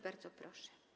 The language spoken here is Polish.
Bardzo proszę.